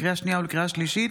לקריאה שנייה ולקריאה שלישית,